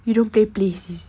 you don't play play sis